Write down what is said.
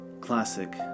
classic